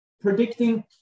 predicting